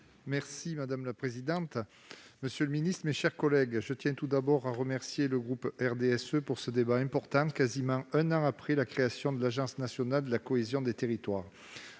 Buis. Madame la présidente, monsieur le secrétaire d'État, mes chers collègues, je tiens tout d'abord à remercier le groupe RDSE de ce débat important, qui se tient quasiment un an après la création de l'Agence nationale de la cohésion des territoires.